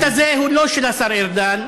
הציטוט הזה הוא לא של השר ארדן,